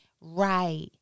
Right